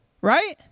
Right